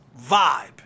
vibe